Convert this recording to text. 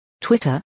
Twitter